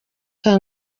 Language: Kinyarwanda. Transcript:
nka